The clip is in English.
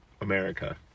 America